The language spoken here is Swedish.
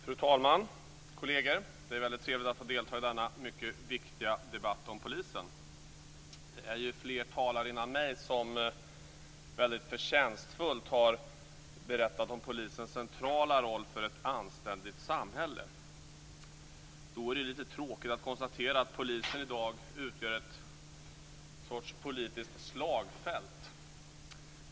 Fru talman! Kolleger! Det är väldigt trevligt att få delta i denna mycket viktiga debatt om polisen. Det är ju flera talare före mig som väldigt förtjänstfullt har berättat om polisens centrala roll för ett anständigt samhälle. Då är det lite tråkigt att konstatera att polisen i dag utgör en sorts politiskt slagfält.